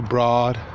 Broad